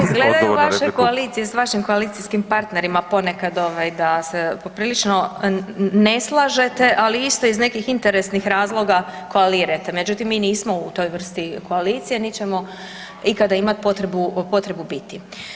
Ovako izgledaju vaše koalicije sa vašim koalicijskim partnerima ponekad da se poprilično ne slažete, ali isto iz nekih interesnih razloga koalirate, međutim mi nismo u toj vrsti koalicije niti ćemo ikada imati potrebu biti.